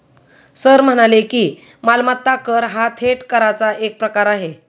sir म्हणाले की, मालमत्ता कर हा थेट कराचा एक प्रकार आहे